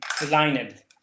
aligned